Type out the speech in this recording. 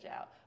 out